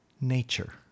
nature